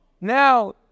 Now